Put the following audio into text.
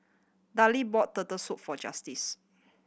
Darleen brought Turtle Soup for Justice